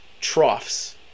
troughs